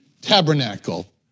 tabernacle